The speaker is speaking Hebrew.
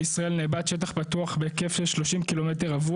כל שנה בישראל נאבד שטח פתוח בהיקף של 30 קמ"ר.